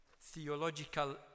theological